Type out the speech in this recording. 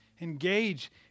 Engage